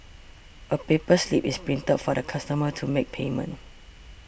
a paper slip is printed for the customer to make payment